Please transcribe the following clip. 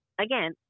again